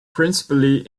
principally